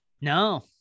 No